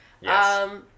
Yes